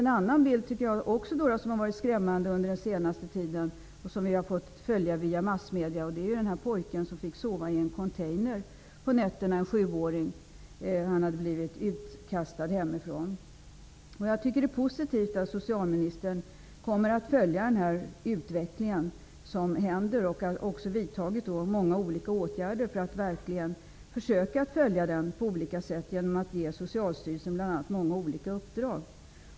En annan skrämmande bild under den senaste tiden som vi har kunnat följa via massmedierna gäller den sjuårige pojke som fått sova i en container på nätterna efter att ha blivit utkastad hemifrån. Jag tycker att det är positivt att socialministern kommer att följa utvecklingen och att han har vidtagit många olika åtgärder för att verkligen försöka följa utvecklingen på olika sätt, bl.a. genom att ge Socialstyrelsen många olika uppdrag.